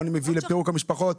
העוני מביא לפירוק המשפחות.